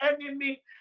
enemy